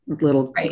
little